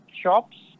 shops